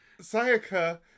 Sayaka